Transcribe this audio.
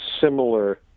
similar –